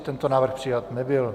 Tento návrh přijat nebyl.